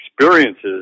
experiences